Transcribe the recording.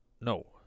no